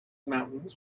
mountains